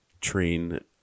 train